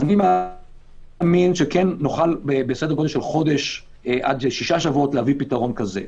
אני מאמין שנוכל בסדר גודל של חודש עד שישה שבועות להביא פתרון כזה.